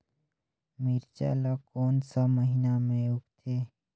मिरचा ला कोन सा महीन मां उगथे?